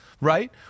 Right